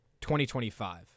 2025